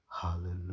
Hallelujah